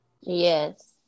Yes